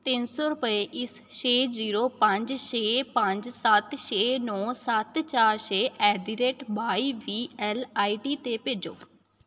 ਤਿੰਨ ਸੌ ਰੁਪਏ ਇਸ ਛੇ ਜੀਰੋ ਪੰਜ ਛੇ ਪੰਜ ਸੱਤ ਛੇ ਨੌਂ ਸੱਤ ਚਾਰ ਛੇ at the rate Y B L I D 'ਤੇ ਭੇਜੋ